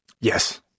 Yes